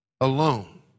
alone